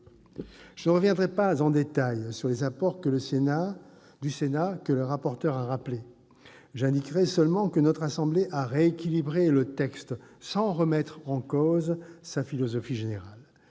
Je ne reviendrai pas en détail sur les apports du Sénat, rappelés par le rapporteur. J'indiquerai seulement que notre assemblée a rééquilibré le texte sans remettre en cause sa philosophie générale